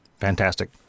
fantastic